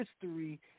history